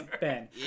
Ben